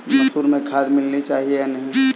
मसूर में खाद मिलनी चाहिए या नहीं?